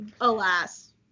Alas